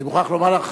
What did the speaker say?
אני מוכרח לומר לך,